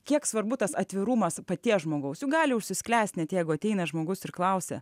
kiek svarbu tas atvirumas paties žmogaus juk gali užsisklęst net jeigu ateina žmogus ir klausia